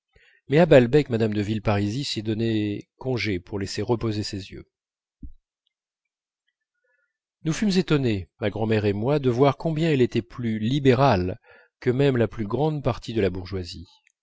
mais à balbec mme de villeparisis se donnait congé pour laisser reposer ses yeux nous fûmes étonnés ma grand'mère et moi de voir combien elle était plus libérale que même la plus grande partie de la bourgeoisie